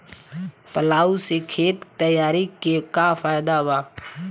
Plough से खेत तैयारी के का फायदा बा?